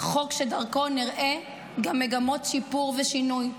חוק שדרכו נראה גם מגמות שיפור ושינוי,